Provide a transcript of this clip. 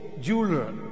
jeweler